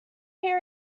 his